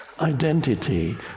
identity